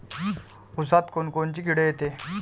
ऊसात कोनकोनची किड येते?